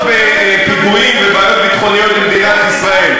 פיגועים ובעיות ביטחוניות למדינת ישראל.